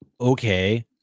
okay